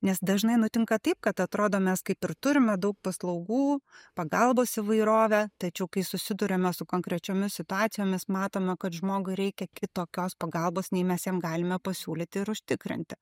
nes dažnai nutinka taip kad atrodo mes kaip ir turime daug paslaugų pagalbos įvairovę tačiau kai susiduriame su konkrečiomis situacijomis matome kad žmogui reikia kitokios pagalbos nei mes jam galime pasiūlyti ir užtikrinti